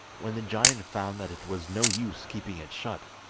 when the giant found that it was no use keeping it shut,